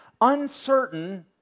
uncertain